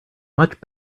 much